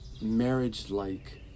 marriage-like